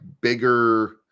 bigger